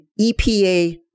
EPA